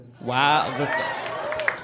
Wow